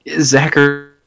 Zachary